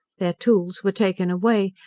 their tools were taken away,